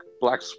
black